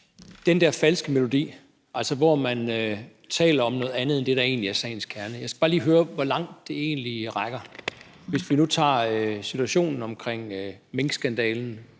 den der falske melodi, altså hvor man taler om noget andet end det, der egentlig er sagens kerne, skal jeg bare lige høre, hvor langt det egentlig rækker. Hvis vi nu tager situationen omkring minkskandalen,